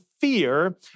fear